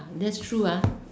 that's true ah